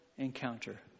encounter